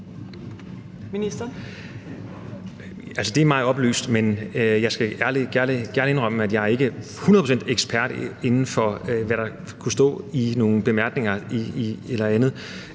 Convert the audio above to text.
det er mig oplyst, men jeg skal gerne indrømme, at jeg ikke er hundrede procent ekspert, i forhold til hvad der kunne stå i nogle bemærkninger eller andet,